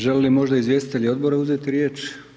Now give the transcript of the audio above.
Želi mi možda izvjestitelj odbora uzeti riječ?